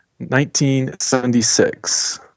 1976